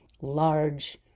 large